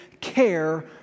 care